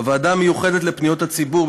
בוועדה המיוחדת לפניות הציבור,